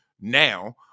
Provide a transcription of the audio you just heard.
now